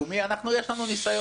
יש לנו ניסיון בזה.